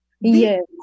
Yes